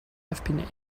have